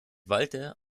walter